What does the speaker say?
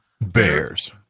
Bears